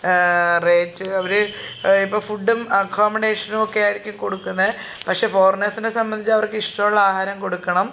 rate അവർ ഇപ്പം ഫുഡ്ഡും അക്കോമെടേഷനുമൊക്കെ ആർക്കും കൊടുക്കുന്നത് പക്ഷെ ഫോറിനേഴ്സിനെ സംബന്ധിച്ച് അവർക്കിഷ്ടമുള്ള ആഹാരം കൊടുക്കണം